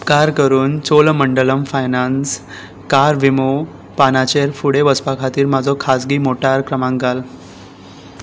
उपकार करून Cholamandalam finance car विमो पानाचेर फुडें वचपाक म्हजो खाजगी मोटार क्रमांक घाल